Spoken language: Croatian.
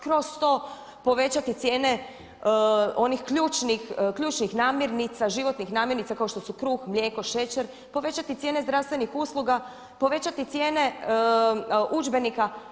Kroz to povećati cijene onih ključnih namirnica, životnih namirnica kao što su kruh, mlijeko, šećer, povećati cijene zdravstvenih usluga, povećati cijene udžbenika.